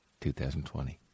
2020